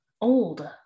old